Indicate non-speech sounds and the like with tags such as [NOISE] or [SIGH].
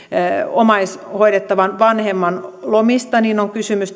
omaishoidettavan vanhemman lomista että on kysymys [UNINTELLIGIBLE]